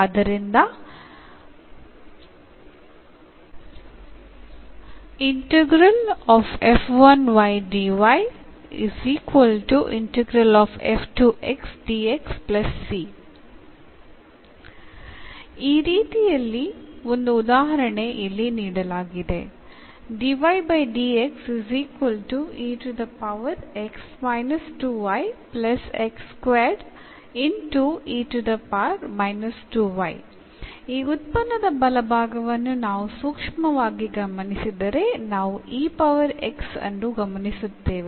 ಆದ್ದರಿಂದ ಈ ರೀತಿಯ ಒಂದು ಉದಾಹರಣೆಯನ್ನು ಇಲ್ಲಿ ನೀಡಲಾಗಿದೆ ಈ ಉತ್ಪನ್ನದ ಬಲಭಾಗವನ್ನು ನಾವು ಸೂಕ್ಷ್ಮವಾಗಿ ಗಮನಿಸಿದರೆ ನಾವು e ಪವರ್ x ಅನ್ನು ಗಮನಿಸುತ್ತೇವೆ